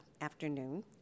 afternoon